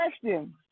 question